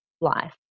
life